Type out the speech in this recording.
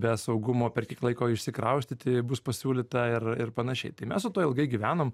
be saugumo per kiek laiko išsikraustyti bus pasiūlyta ir ir panašiai tai mes su tuo ilgai gyvenom